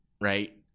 right